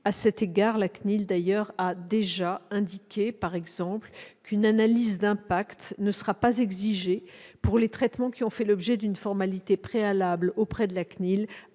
À cet égard, celle-ci a d'ores et déjà indiqué, par exemple, qu'une analyse d'impact ne sera pas exigée pour les traitements qui ont fait l'objet d'une formalité préalable auprès de la CNIL